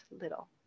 little